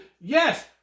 Yes